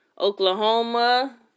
Oklahoma